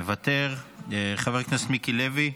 מוותר, חבר הכנסת מיקי לוי,